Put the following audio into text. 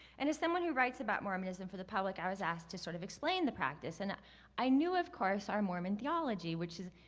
and as someone who writes about mormonism for the public, i was asked to sort of explain the practice. and i knew, of course, our mormon theology, which is,